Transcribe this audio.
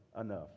enough